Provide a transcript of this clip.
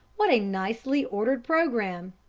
what a nicely ordered programme!